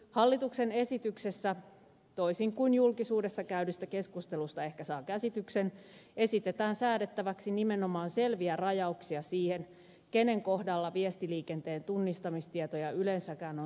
hallituksen esityksessä toisin kuin julkisuudessa käydystä keskustelusta ehkä saa käsityksen esitetään säädettäväksi nimenomaan selviä rajauksia siihen kenen kohdalla viestiliikenteen tunnistamistietoja yleensäkään on sallittua käsitellä